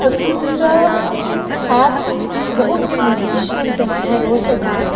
अस्मिन् च एप् बहु इष्यन्ते मया रोचते